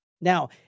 Now